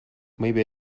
maybe